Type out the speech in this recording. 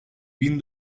bin